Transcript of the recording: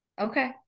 Okay